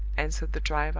answered the driver.